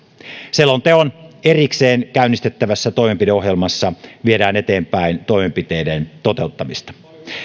selonteon erikseen käynnistettävässä toimenpideohjelmassa viedään eteenpäin toimenpiteiden toteuttamista